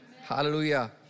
Hallelujah